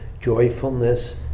joyfulness